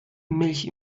milch